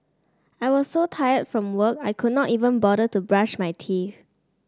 I was so tired from work I could not even bother to brush my teeth